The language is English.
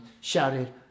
shouted